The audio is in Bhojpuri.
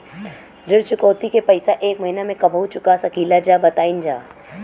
ऋण चुकौती के पैसा एक महिना मे कबहू चुका सकीला जा बताईन जा?